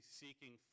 seeking